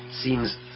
seems